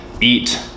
eat